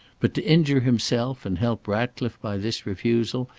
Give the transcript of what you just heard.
but to injure himself and help ratcliffe by this refusal,